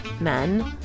men